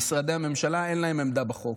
למשרדי הממשלה אין עמדה בחוק.